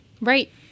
Right